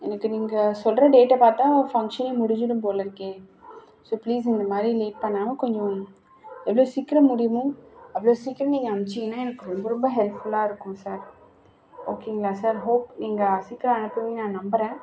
எனக்கு நீங்கள் சொல்கிற டேட்டை பார்த்தா ஃபங்க்ஷனே முடிஞ்சுடும் போல் இருக்கே ஸோ ப்ளீஸ் இந்தமாதிரி லேட் பண்ணாமல் கொஞ்சம் எவ்வளோ சீக்கிரம் முடியுமோ அவ்வளோ சீக்கிரமே இதை அனுப்பிச்சிங்கன்னா எனக்கு ரொம்ப ரொம்ப ஹெல்ப்ஃபுல்லாக இருக்கும் சார் ஓகேங்களா சார் ஓக் நீங்கள் சீக்கிரம் அனுப்புவீங்கன்னு நான் நம்புகிறேன்